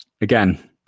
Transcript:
again